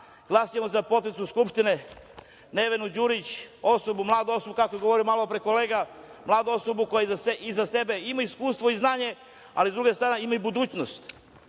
Glasaćemo za potpredsednicu Skupštine Nevenu Đurić, mladu osobu, kako je malopre govorio kolega, mladu osoba koja iza sebe ima iskustvo i znanje, ali s druge strane, ima i budućnost.